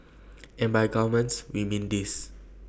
and by gourmet we mean this